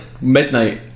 midnight